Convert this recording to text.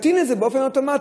תטעין את זה באופן אוטומטי,